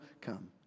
come